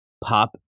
pop